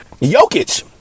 Jokic